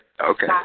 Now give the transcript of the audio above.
Okay